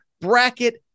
Bracket